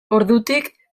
ordutik